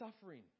suffering